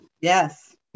yes